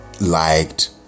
liked